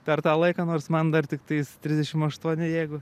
per tą laiką nors man dar tiktais trisdešim aštuoni jeigu